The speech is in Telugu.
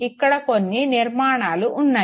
ఇక్కడ కొన్ని నిర్మాణాలు ఉన్నాయి